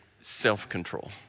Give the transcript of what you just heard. self-control